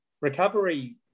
Recovery